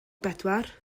bedwar